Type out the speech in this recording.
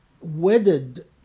wedded